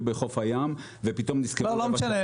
בחוף הים ופתאום נזכרו --- לא משנה,